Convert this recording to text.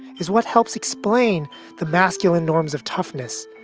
is what helps explain the masculine norms of toughness,